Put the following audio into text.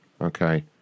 Okay